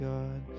God